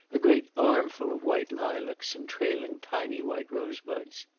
a great armful of white lilacs and trailing tiny white rosebuds.